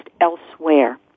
elsewhere